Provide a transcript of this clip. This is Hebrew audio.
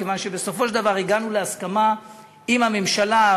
מכיוון שבסופו של דבר הגענו להסכמה עם הממשלה,